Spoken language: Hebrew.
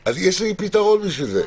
אז יש לי פתרון בשביל זה.